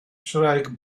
shriek